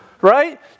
right